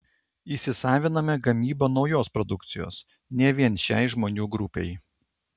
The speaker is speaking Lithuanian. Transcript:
įsisaviname gamybą naujos produkcijos ne vien šiai žmonių grupei